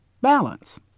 balance